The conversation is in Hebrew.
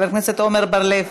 חבר הכנסת אראל מרגלית,